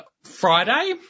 Friday